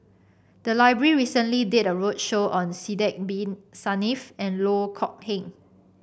the library recently did a roadshow on Sidek Bin Saniff and Loh Kok Heng